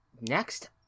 next